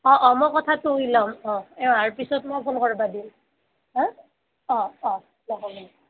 অঁ অঁ মই কথাটো সুধি লম অঁ এওঁ অহাৰ পাছত মই ফোন কৰিবা দিম হে অঁ অঁ